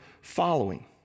following